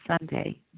Sunday